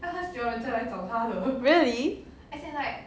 really